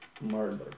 murder